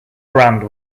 brand